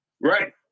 right